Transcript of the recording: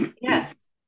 Yes